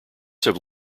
have